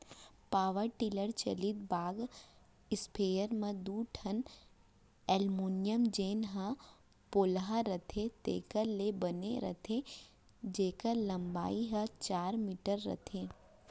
power tiller चलित बाग स्पेयर म दू ठन एलमोनियम जेन ह पोलहा रथे तेकर ले बने रथे जेकर लंबाई हर चार मीटर रथे